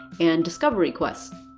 and discovery quests.